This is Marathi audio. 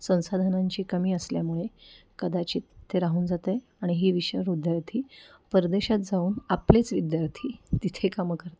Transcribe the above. संसाधनांची कमी असल्यामुळे कदाचित ते राहून जातं आहे आणि ही विष विद्यार्थी परदेशात जाऊन आपलेच विद्यार्थी तिथे कामं करत आहेत